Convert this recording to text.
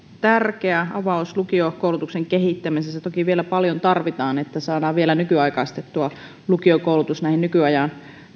tärkeä avaus lukiokoulutuksen kehittämisessä toki vielä paljon tarvitaan että saadaan lukiokoulutus vielä nykyaikaistettua näihin nykyajan